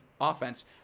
offense